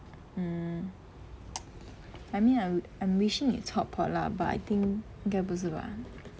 mm I mean I would I'm wishing it's hotpot lah but I think 应该不是吧